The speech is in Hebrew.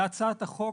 בהצעת החוק